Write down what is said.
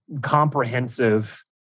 comprehensive